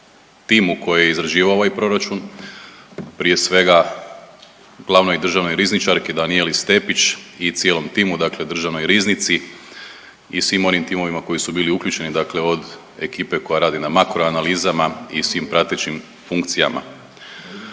timu koji je izrađivao ovaj proračun prije svega glavnoj državnoj rizničarki Danijeli Stepić i cijelom timu, dakle Državnoj riznici i svim onim timovima koji su bili uključeni, dakle od ekipe koja radi na makro analizama i svim pratećim funkcijama.